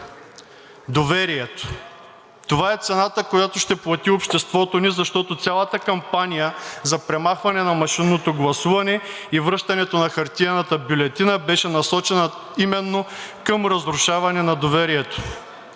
Доверието! Това е цената, която ще плати обществото ни, защото цялата кампания за премахване на машинно гласуване и връщането на хартиената бюлетина беше насочена именно към разрушаване на доверието.